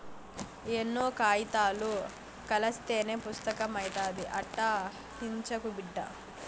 ఎన్నో కాయితాలు కలస్తేనే పుస్తకం అయితాది, అట్టా సించకు బిడ్డా